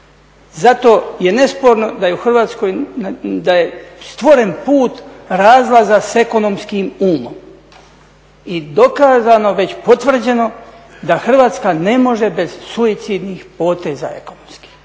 je u Hrvatskoj, da je stvoren put razlaza s ekonomskim umom. I dokazano, već potvrđeno da Hrvatska ne može bez suicidnih poteza ekonomskih.